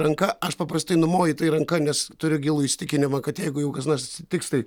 ranka aš paprastai numoju ranka nes turiu gilų įsitikinimą kad jeigu jau kas nors atsitiks tai